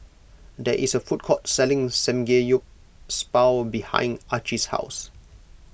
there is a food court selling Samgeyopsal behind Archie's house